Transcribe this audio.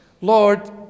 Lord